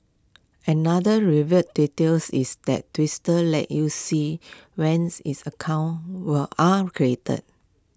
another reveal details is that twister lets you see when its accounts will are created